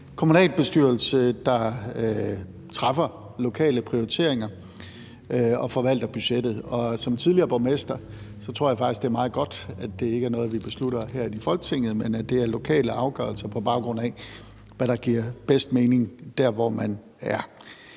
kommunalbestyrelse, der foretager lokale prioriteringer og forvalter budgettet. Og som tidligere borgmester tror jeg faktisk, det er meget godt, at det ikke er noget, vi beslutter herinde i Folketinget, men at der er tale om lokale afgørelser, på baggrund af hvad der giver bedst mening der, hvor man er.